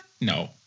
no